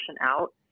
out